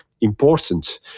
important